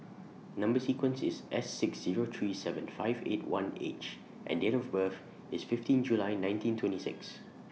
Number sequence IS S six Zero three seven five eight one H and Date of birth IS fifteen July nineteen twenty six